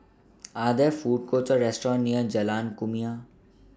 Are There Food Courts Or restaurants near Jalan Kumia